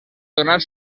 donar